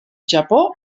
japó